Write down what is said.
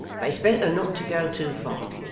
but its better not to go too far.